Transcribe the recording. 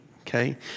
okay